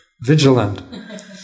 vigilant